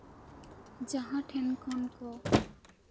ᱡᱟᱦᱟᱸ ᱴᱷᱮᱱ ᱠᱷᱚᱱ ᱠᱚ